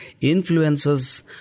influences